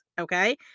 okay